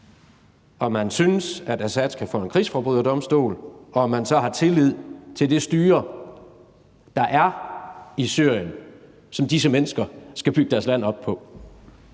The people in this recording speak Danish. om man synes, at Assad skal for en krigsforbryderdomstol, og om man så har tillid til det styre, der er i Syrien, som disse mennesker skal bygge deres land op på.